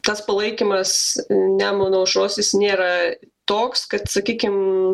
tas palaikymas nemuno aušros jis nėra toks kad sakykim